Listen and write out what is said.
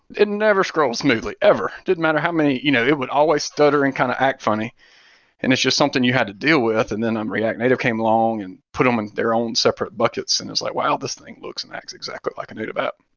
it never scrolls smoothly ever. didn't matter how many you know it would always stutter and kind of act funny and it's just something you had to deal with. then um react native came along and put them in their own separate buckets and it's like, wow, this thing looks that's exactly like a native app.